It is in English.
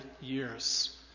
years